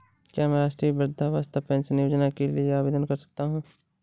क्या मैं राष्ट्रीय वृद्धावस्था पेंशन योजना के लिए आवेदन कर सकता हूँ?